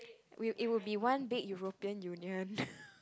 will it will be one big European Union